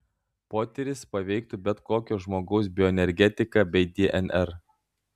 potyris paveiktų bet kokio žmogaus bioenergetiką bei dnr